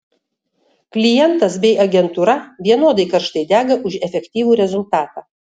klientas bei agentūra vienodai karštai dega už efektyvų rezultatą